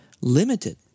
limited